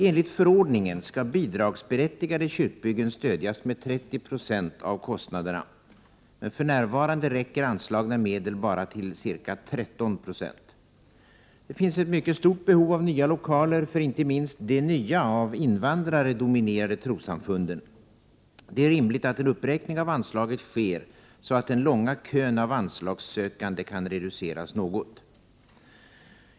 Enligt förordningen skall bidragsberättigade kyrkbyggen stödjas med 30 90 av kostnaderna. Men för närvarande räcker anslagna medel bara till ca 3 Det finns ett mycket stort behov av nya lokaler för inte minst de nya, av invandrare dominerade trossamfunden. Det är rimligt att en uppräkning av anslaget sker, så att den långa kön av anslagssökande kan reduceras något.